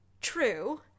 true